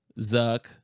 Zuck